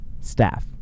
Staff